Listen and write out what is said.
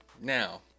Now